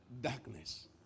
darkness